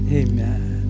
amen